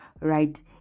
right